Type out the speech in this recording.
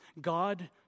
God